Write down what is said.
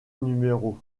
numéro